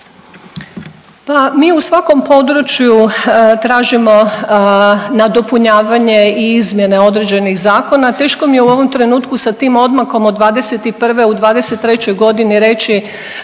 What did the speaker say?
mi u svakom području tražimo nadopunjavanje i izmjene određenih zakona. Teško mi je u ovom trenutku sa tim odmakom od '21. u '23.g. reći